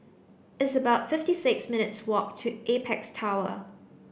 it's about fifty six minutes' walk to Apex Tower